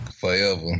forever